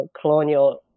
colonial